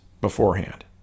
beforehand